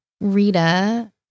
Rita